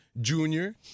junior